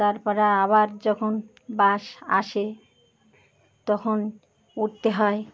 তারপরে আবার যখন বাস আসে তখন উঠতে হয়